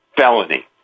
felony